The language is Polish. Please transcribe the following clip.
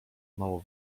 mało